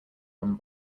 one